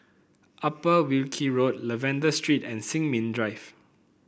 Upper Wilkie Road Lavender Street and Sin Ming Drive